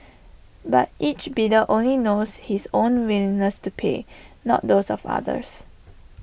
but each bidder only knows his own willingness to pay not those of others